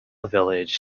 village